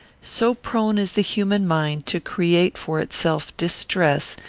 so prone is the human mind to create for itself distress,